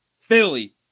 Philly